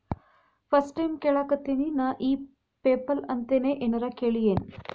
First time ಕೇಳಾಕತೇನಿ ನಾ ಇ ಪೆಪಲ್ ಅಂತ ನೇ ಏನರ ಕೇಳಿಯೇನ್?